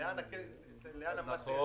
לאן המס הישיר ילך.